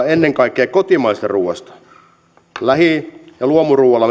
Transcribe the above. ennen kaikkea kotimaisesta ruuasta lähi ja luomuruualla